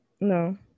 No